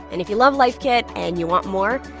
and if you love life kit and you want more,